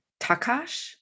Takash